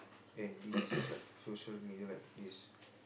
and these like social media like these